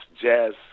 jazz